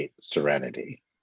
serenity